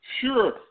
Sure